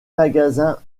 magasin